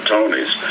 Tonys